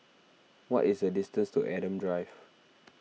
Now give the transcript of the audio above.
what is the distance to Adam Drive